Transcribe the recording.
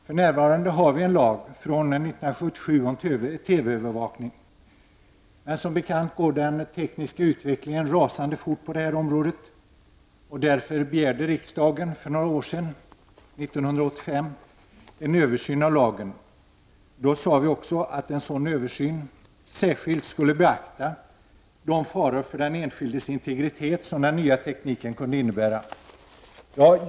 För närvarande har vi en lag från 1977 om TV-övervakning, men som bekant går den tekniska utvecklingen rasande fort på detta område. Därför begärde riksdagen för några år sedan, 1985, en översyn. Då sade vi också att en sådan översyn särskilt skulle beakta de faror för den enskildes integritet som den nya tekniken kunde innebära.